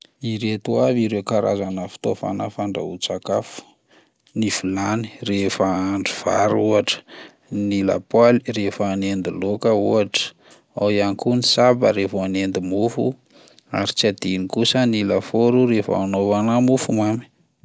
Ireto avy ireo karazana fitaovana fandrahoan-tsakafo: ny vilany rehefa hahandro vary ohatra, ny lapoaly rehefa hanendy laoka ohatra, ao ihany koa ny saba raha vao hanendy mofo, ary tsy adino kosa ny lafaoro rehefa anaovana mofomamy.